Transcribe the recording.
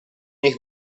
nas